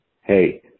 Hey